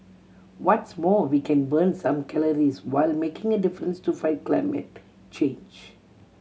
what's more we can burn some calories while making a difference to fight climate change